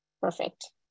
Perfect